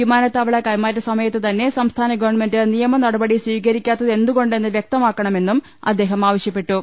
വിമാനത്താവള കൈമാറ്റ സമയത്ത് തന്നെ സംസ്ഥാന ഗവൺമെന്റ് നിയമനടപടി സ്വീകരിക്കാത്തതെന്തു കൊണ്ടെന്ന് വ്യക്തമാക്കണമെന്നും അദ്ദേഹം ആവ ശ്യപ്പെട്ടു